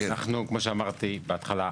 כמו שאמרתי בהתחלה,